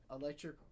electric